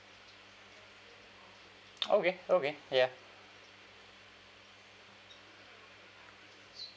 okay okay ya